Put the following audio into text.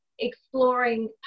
exploring